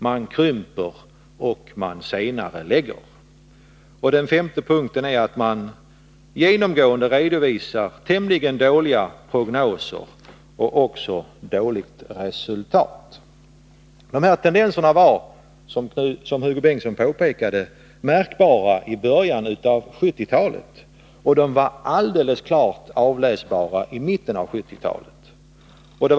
Man krymper och senarelägger. För det femte redovisar branschen genomgående tämligen dåliga prognoser och även dåliga resultat. Dessa tendenser var, som Hugo Bengtsson påpekade, märkbara redan i början av 1970-talet och alldeles klart avläsbara i mitten av 1970-talet.